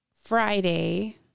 Friday